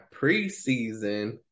preseason